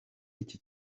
iki